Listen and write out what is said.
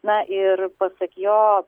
na ir pasak jo